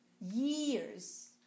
years